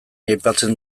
aipatzen